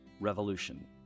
Revolution